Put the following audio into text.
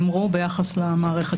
תוודא המשטרה גם לפני שהיא מקימה את הממשק